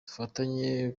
dufatanye